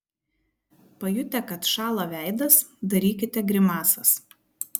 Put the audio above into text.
pajutę kad šąla veidas darykite grimasas